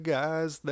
guys